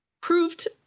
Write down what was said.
Proved